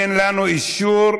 אין לנו אישור.